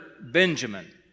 Benjamin